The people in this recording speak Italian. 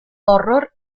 horror